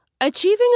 Achieving